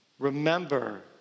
Remember